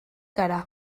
gara